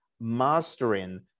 mastering